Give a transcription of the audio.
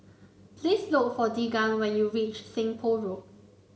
please look for Deegan when you reach Seng Poh Road